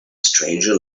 stranger